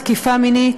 תקיפה מינית.